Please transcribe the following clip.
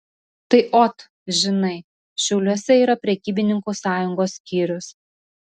tai ot žinai šiauliuose yra prekybininkų sąjungos skyrius